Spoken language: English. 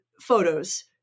photos